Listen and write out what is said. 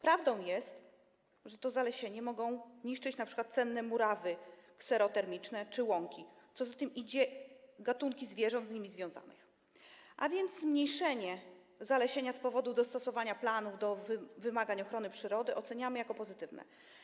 Prawdą jest, że zalesienia mogą niszczyć np. cenne murawy kserotermiczne czy łąki, a co za tym idzie - gatunki zwierząt z nimi związanych, a więc zmniejszenie zalesienia z powodu dostosowania planów do wymagań ochrony przyrody oceniamy jako pozytywne.